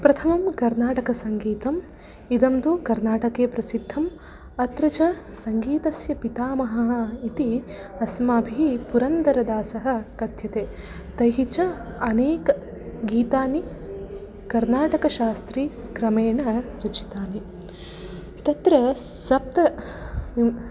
प्रथमं कर्नाटकसङ्गीतम् इदं तु कर्नाटके प्रसिद्धम् अत्र च सङ्गीतस्य पितामहः इति अस्माभिः पुरन्दरदासः कथ्यते तैः च अनेकगीतानि कर्नाटकशास्त्रि क्रमेण रचितानि तत्र सप्त